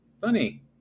Funny